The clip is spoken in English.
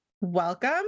welcome